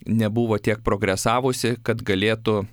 nebuvo tiek progresavusi kad galėtų